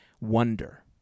wonder